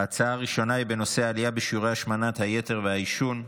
ההצעה הראשונה היא בנושא: העלייה באחוזי השמנת היתר והעישון,